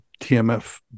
TMF